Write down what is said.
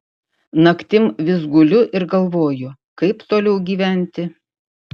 naktim vis guliu ir galvoju kaip toliau gyventi